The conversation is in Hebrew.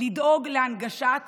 לדאוג להנגשת